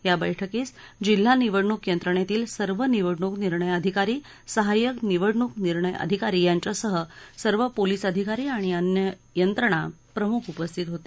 या बैठकीस जिल्हा निवडणूक यंत्रणेतील सर्व निवडणूक निर्णय अधिकारी सहाय्यक निवडणूक निर्णय अधिकारी यांच्यासह सर्व पोलीस अधिकारी आणि अन्य यंत्रणा प्रमुख उपरि्थित होते